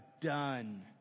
done